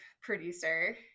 producer